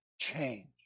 change